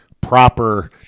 proper